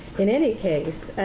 in any case,